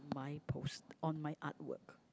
my post on my artwork